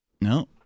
No